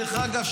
דרך אגב,